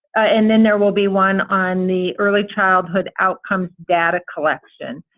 and then there will be one on the early childhood outcomes data collection.